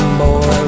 boy